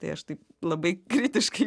tai aš taip labai kritiškai